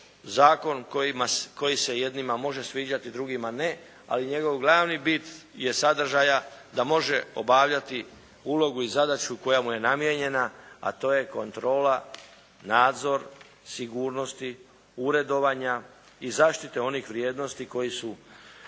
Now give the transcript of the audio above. zakonom koji se jednima može sviđati drugima ne. Ali njegov glavni bit je sadržaja da može obavljati ulogu i zadaću koja mu je namijenjena, a to je kontrola, nadzor sigurnosti uredovanja i zaštite onih vrijednosti koji su